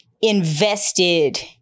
invested